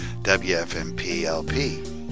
WFMPLP